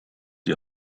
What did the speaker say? die